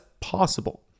possible